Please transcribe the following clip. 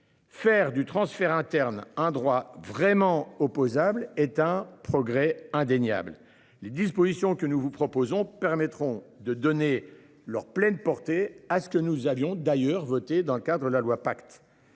Faire du transfert interne droit vraiment opposable est un progrès indéniable. Les dispositions que nous vous proposons permettront de donner leur pleine portée à ce que nous avions d'ailleurs voté dans le cadre de la loi pacte.